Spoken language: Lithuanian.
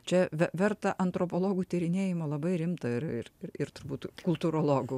čia ve verta antropologų tyrinėjimo labai rimta ir ir ir turbūt kultūrologų